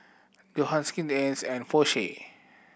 Johan Skin Inc and Porsche